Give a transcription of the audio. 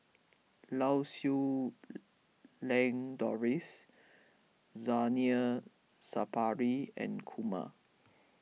Lau Siew Lang Doris Zainal Sapari and Kumar